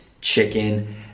chicken